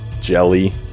jelly